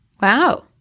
Wow